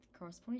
Crosspoint